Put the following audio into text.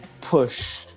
push